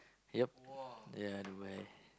yup ya Dubai